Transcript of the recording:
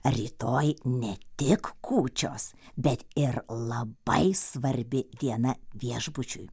ar rytoj ne tiek kūčios bet ir labai svarbi diena viešbučiui